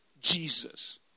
Jesus